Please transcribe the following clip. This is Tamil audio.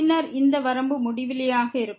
பின்னர் இந்த வரம்பு முடிவிலியாக இருக்கும்